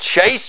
chase